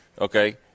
Okay